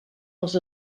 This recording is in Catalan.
als